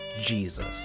Jesus